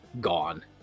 gone